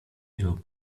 jego